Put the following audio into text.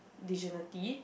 dignity